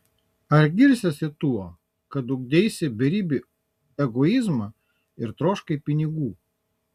ar girsies tuo kad ugdeisi beribį egoizmą ir troškai pinigų